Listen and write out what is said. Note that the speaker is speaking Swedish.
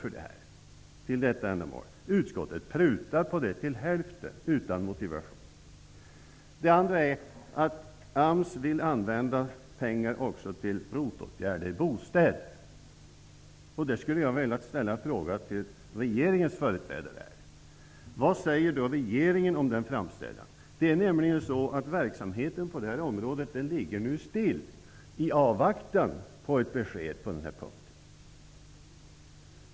Utan motivation prutar utskottet på beloppet till hälften. AMS vill också använda pengar till ROT-åtgärder i bostäder. Jag skulle vilja ställa en fråga till regeringens företrädare: Vad säger regeringen om denna framställan? Verksamheten på detta område ligger nämligen stilla i avvaktan på ett besked på den här punkten.